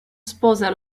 sposa